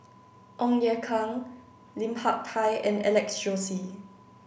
Ong Ye Kung Lim Hak Tai and Alex Josey